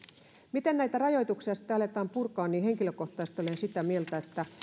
miten näitä rajoituksia sitten aletaan purkaa niin henkilökohtaisesti olen sitä mieltä että